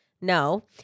no